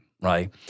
right